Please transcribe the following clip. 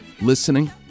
listening